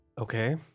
Okay